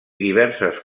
diverses